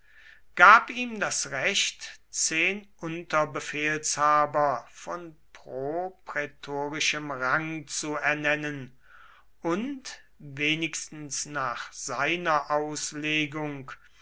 gab ihm das recht zehn unterbefehlshaber von proprätorischem rang zu ernennen und wenigstens nach seiner auslegung